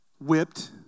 whipped